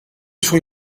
suoi